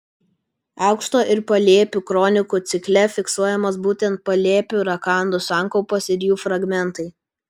aukšto ir palėpių kronikų cikle fiksuojamos būtent palėpių rakandų sankaupos ir jų fragmentai